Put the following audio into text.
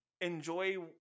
enjoy